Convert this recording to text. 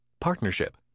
partnership